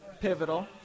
Pivotal